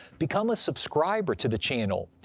become a subscriber to the channel,